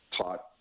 taught